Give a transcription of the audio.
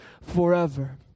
forever